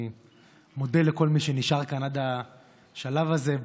אני מודה לכל מי שנשאר כאן עד השלב הזה,